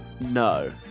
No